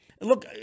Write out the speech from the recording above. look